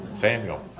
Samuel